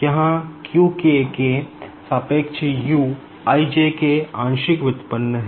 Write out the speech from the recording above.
यहाँ q k के सापेक्ष U ijk आंशिक व्युत्पन्न है